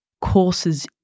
courses